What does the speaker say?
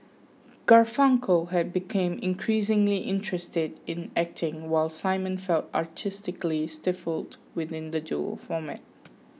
Garfunkel had became increasingly interested in acting while Simon felt artistically stifled within the duo format